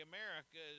America